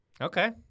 Okay